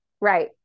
Right